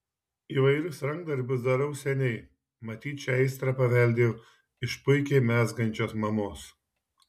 įvairius rankdarbius darau seniai matyt šią aistrą paveldėjau iš puikiai mezgančios mamos